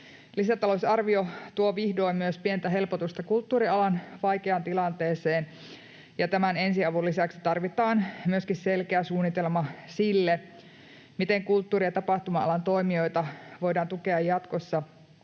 Lisätalousarvio tuo vihdoin myös pientä helpotusta kulttuurialan vaikeaan tilanteeseen, ja tämän ensiavun lisäksi tarvitaan myöskin selkeä suunnitelma sille, miten kulttuuri- ja tapahtuma-alan toimijoita voidaan tukea jatkossa